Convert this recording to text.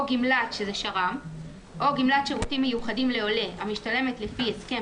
או גמלת שירותים מיוחדים לעולה המשתלמת לפי ההסכם